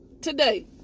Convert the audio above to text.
today